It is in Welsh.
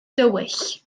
dywyll